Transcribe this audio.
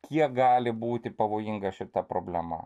kiek gali būti pavojinga šita problema